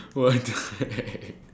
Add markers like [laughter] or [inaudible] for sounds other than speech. what the heck [laughs]